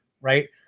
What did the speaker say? right